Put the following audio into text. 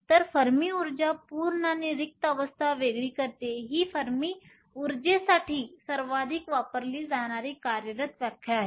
तर फर्मी उर्जा पूर्ण आणि रिक्त अवस्था वेगळी करते ही फर्मी उर्जेसाठी सर्वाधिक वापरली जाणारी कार्यरत व्याख्या आहे